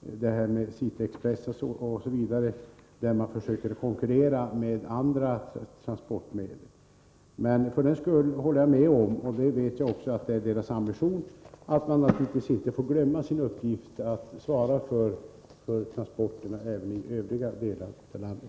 på de sträckor som har flest resenärer. Man försöker konkurrera med andra transportmedel genom att sätta in s.k. City Express-tåg. Men jag håller med Sven Henricsson om — och jag vet också att det är SJ:s ambition — att inte glömma av uppgiften att också svara för transporterna i övriga delar av landet.